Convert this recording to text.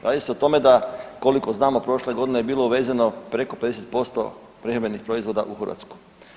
Radi se o tome da koliko znamo prošle godine je bilo uvezeno preko 50% prehrambenih proizvoda u Hrvatsku.